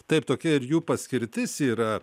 taip tokia ir jų paskirtis yra